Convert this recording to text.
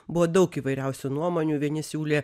buvo daug įvairiausių nuomonių vieni siūlė